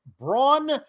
braun